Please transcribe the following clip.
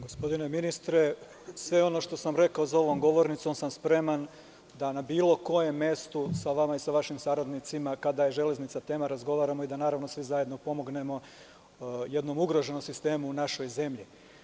Gospodine ministre, sve ono što sam rekao za ovom govornicom sam spreman da na bilo kojem mestu sa vama i vašim saradnicima, kada je „Železnica“ tema, razgovaramo i da, naravno, svi zajedno pomognemo jednom ugroženom sistemu naše zemlje.